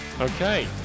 Okay